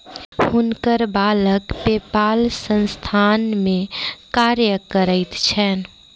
हुनकर बालक पेपाल संस्थान में कार्य करैत छैन